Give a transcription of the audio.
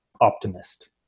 optimist